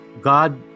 God